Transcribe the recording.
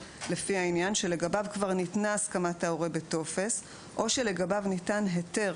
לפי העניין שלגביו כבר ניתנה הסכמת ההורה בטופס או שלגביו ניתן היתר".